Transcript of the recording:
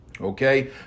Okay